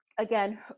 again